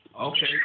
Okay